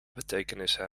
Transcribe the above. betekenissen